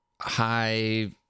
High